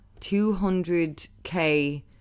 200k